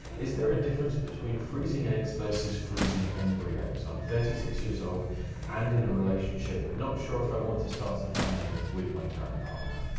is there a difference between freezing eggs versus freezing embryos? i'm thirty six years old and in a relationship but not sure if i want to start a family with my current partner.